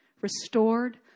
restored